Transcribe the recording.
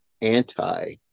anti